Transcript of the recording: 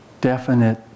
definite